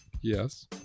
yes